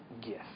gift